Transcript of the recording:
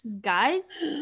Guys